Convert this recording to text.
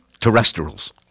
Terrestrials